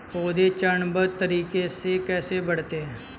पौधे चरणबद्ध तरीके से कैसे बढ़ते हैं?